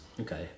Okay